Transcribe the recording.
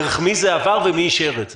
דרך מי זה עבר ומי אישר את זה?